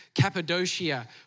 Cappadocia